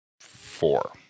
Four